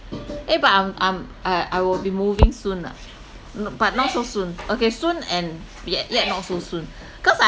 eh but I'm I'm I I will be moving soon ah n~ but not so soon okay soon and yet yet not so soon cause